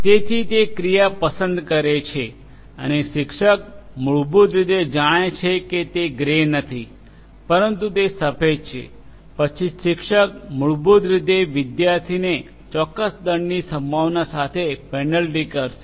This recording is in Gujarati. તેથી તે ક્રિયા પસંદ કરે છે અને શિક્ષક મૂળભૂત રીતે જાણે છે કે તે ગ્રે નથી પરંતુ તે સફેદ છે પછી શિક્ષક મૂળભૂત રીતે વિદ્યાર્થીને ચોક્કસ દંડની સંભાવના સાથે પેનલ્ટી કરશે